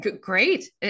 Great